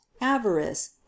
avarice